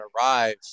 arrive